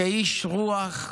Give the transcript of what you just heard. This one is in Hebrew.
כאיש רוח.